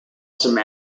some